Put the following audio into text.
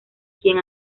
quien